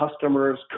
customers